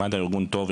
מד"א ארגון טוב,